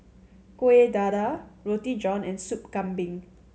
Kuih Dadar Roti John and Soup Kambing